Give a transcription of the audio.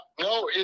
No